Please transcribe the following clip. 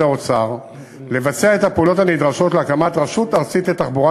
האוצר לבצע את הפעולות הנדרשות להקמת רשות ארצית לתחבורה